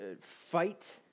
fight